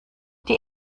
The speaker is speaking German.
die